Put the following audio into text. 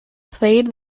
played